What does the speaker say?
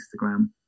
Instagram